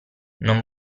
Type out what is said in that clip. non